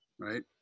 Right